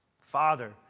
Father